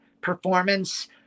performance